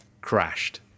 crashed